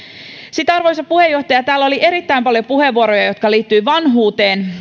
sitten arvoisa puheenjohtaja täällä oli erittäin paljon puheenvuoroja jotka liittyivät vanhuuteen